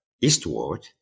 eastward